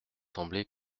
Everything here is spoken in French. sembler